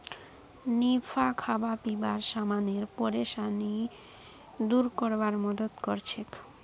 निफा खाबा पीबार समानेर परेशानी दूर करवार मदद करछेक